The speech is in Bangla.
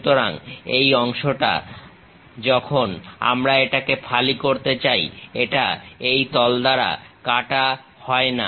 সুতরাং এই অংশটা যখন আমরা এটাকে ফালি করতে চাই এটা এই তল দ্বারা কাট হয় না